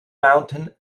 mountain